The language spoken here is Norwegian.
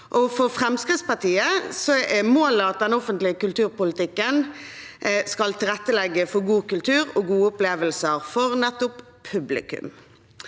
For Fremskrittspartiet er målet at den offentlige kulturpolitikken skal tilrettelegge for god kultur og gode opplevelser for nettopp publikum.